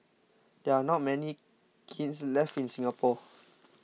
there are not many kilns left in Singapore